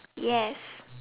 yes